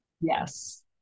yes